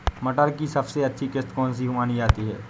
मटर की सबसे अच्छी किश्त कौन सी मानी जाती है?